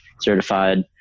certified